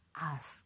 Ask